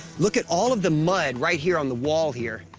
look at all of the mud right here on the wall here.